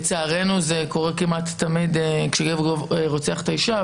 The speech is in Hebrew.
לצערנו זה קורה כמעט תמיד כשגבר רוצח את האישה,